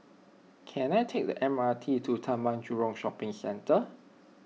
can I take the M R T to Taman Jurong Shopping Centre